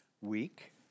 week